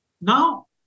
Now